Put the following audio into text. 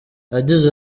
yagize